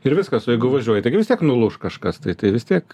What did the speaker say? ir viskas o jeigu važiuoja taigi vis tiek nulūš kažkas tai tai vis tiek